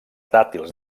dàtils